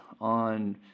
on